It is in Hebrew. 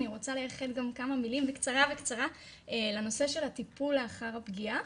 אני רוצה לייחד גם כמה מילים בקצרה לנושא של הטיפול לאחר הפגיעה.